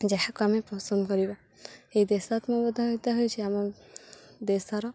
ଯାହାକୁ ଆମେ ପସନ୍ଦ କରିବା ଏହି ଦେଶାତ୍ମବୋଧକତା ହେଉଛି ଆମ ଦେଶର